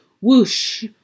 Whoosh